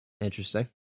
interesting